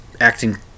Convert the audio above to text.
acting